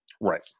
Right